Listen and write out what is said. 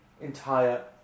entire